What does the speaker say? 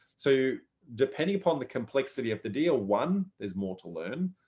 so depending upon the complexity of the deal, one there's more to learn.